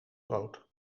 brood